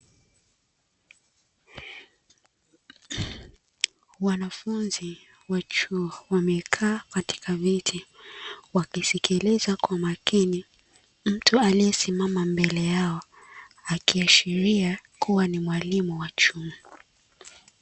Wanafunzi wa chuo wamekaa katika viti wakisikiliza kwa makini mtu aliyesimama mbele yao akiashiria kuwa ni mwalimu wa chuo.